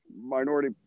minority